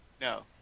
No